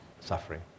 suffering